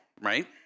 right